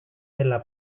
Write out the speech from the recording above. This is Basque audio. zela